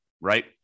right